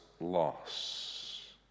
loss